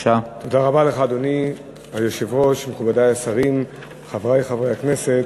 אדוני היושב-ראש, מכובדי השרים, חברי חברי הכנסת,